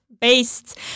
based